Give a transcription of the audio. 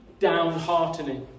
downheartening